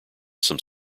some